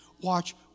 Watch